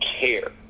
care